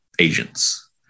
agents